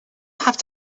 have